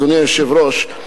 אדוני היושב-ראש,